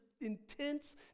intense